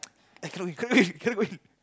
cannot go in you cannot go in